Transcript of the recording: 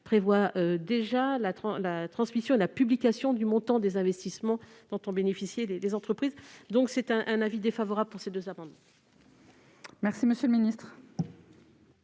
prévoit déjà la transmission et la publication du montant des investissements dont ont bénéficié les entreprises. Avis défavorable sur ces deux amendements. Quel est l'avis